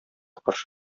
каршы